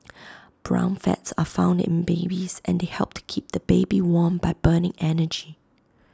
brown fats are found in babies and they help to keep the baby warm by burning energy